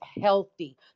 healthy